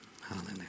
Hallelujah